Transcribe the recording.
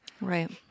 Right